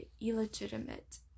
illegitimate